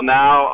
now